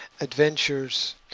adventures